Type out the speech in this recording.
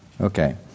Okay